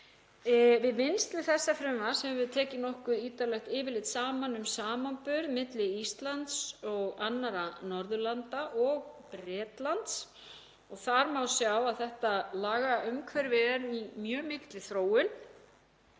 Við vinnslu þessa frumvarps höfum við tekið nokkuð ítarlegt yfirlit saman um samanburð milli Íslands og annarra Norðurlanda og Bretlands og þar má sjá að þetta lagaumhverfi er í mjög mikilli þróun.